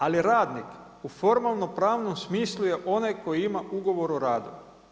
Ali radnik u formalno pravnom smislu je onaj koji ima ugovor o radu.